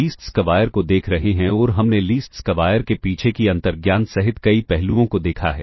least square को देख रहे हैं और हमने लीस्ट स्क्वायर के पीछे की अंतर्ज्ञान सहित कई पहलुओं को देखा है